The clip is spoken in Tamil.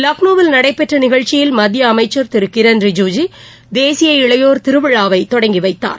லக்ளோவில் நடைபெற்ற நிகழ்ச்சியில் மத்திய அமைச்சர் திரு கிரண் ரிஜிஜூ தேசிய இளையோர் திருவிழாவை தொடங்கி வைத்தார்